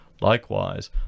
Likewise